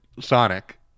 sonic